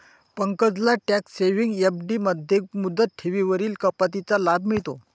पंकजला tax saving FD मध्ये मुदत ठेवींवरील कपातीचा लाभ मिळतो